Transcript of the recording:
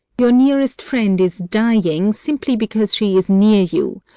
your nearest friend is dying simply because she is near you,